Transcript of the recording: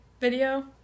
video